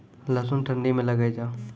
लहसुन ठंडी मे लगे जा?